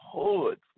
hood